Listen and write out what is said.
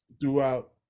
throughout